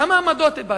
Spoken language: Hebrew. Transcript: כמה עמדות הבעת?